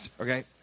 Okay